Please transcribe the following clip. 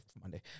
Monday